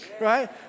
right